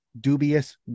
dubious